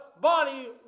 body